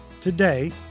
Today